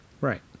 Right